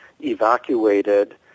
evacuated